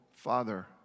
father